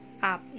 Ab